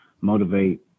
motivate